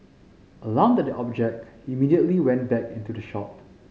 alarmed at the object he immediately went back into the shop